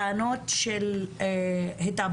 טענות של התעמרות,